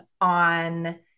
on